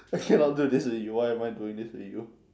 I cannot do this to you why am I doing this to you